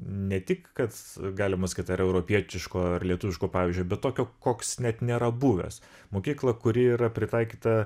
ne tik kad galimas kad tai yra europietiško ar lietuviško pavyzdžio bet tokio koks net nėra buvęs mokykla kuri yra pritaikyta